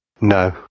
No